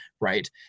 right